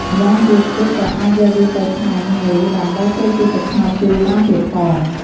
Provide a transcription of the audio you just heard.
ម្យ៉ាងទៀតគេក៏អាចយកវាទៅថែមមេ ដើម្បីធ្វើជាទឹកត្នោតជូរបានទៀតផង។